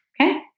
Okay